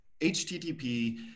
HTTP